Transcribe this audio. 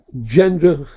gender